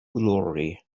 glory